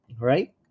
right